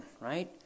right